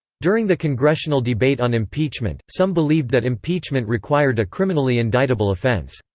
during the congressional debate on impeachment, some believed that impeachment required a criminally indictable offense.